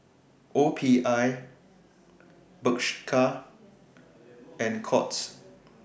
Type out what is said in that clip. OPI Bershka and Courts